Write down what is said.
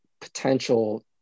potential